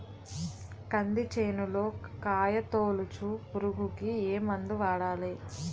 కంది చేనులో కాయతోలుచు పురుగుకి ఏ మందు వాడాలి?